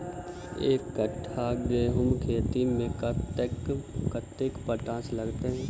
एक कट्ठा गेंहूँ खेती मे कतेक कतेक पोटाश लागतै?